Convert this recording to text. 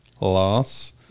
loss